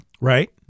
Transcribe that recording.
Right